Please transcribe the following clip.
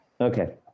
Okay